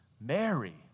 Mary